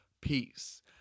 Peace